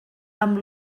amb